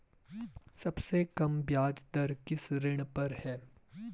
सबसे कम ब्याज दर किस ऋण पर है?